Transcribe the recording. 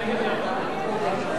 למען ההגינות והפרוטוקול,